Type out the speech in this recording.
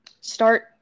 start